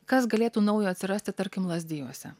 kas galėtų naujo atsirasti tarkim lazdijuose